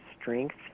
strength